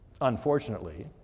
unfortunately